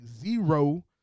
zero